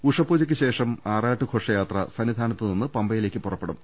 ഉഷപൂജയ്ക്ക് ശേഷം ആറാട്ട് ഘോഷയാത്ര സന്നിധാനത്തുനിന്നും പമ്പയിലേക്ക് പുറപ്പെടും